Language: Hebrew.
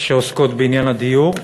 שעוסקות בעניין הדיור,